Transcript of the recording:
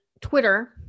Twitter